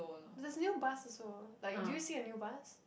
is this new bus also like did you see a new bus